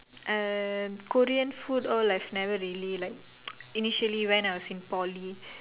uh Korean food all I've never really like initially when I was in Poly